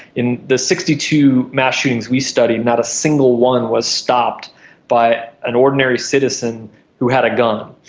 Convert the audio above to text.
in the sixty two mass shootings we studied, not a single one was stopped by an ordinary citizen who had a gun.